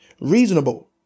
reasonable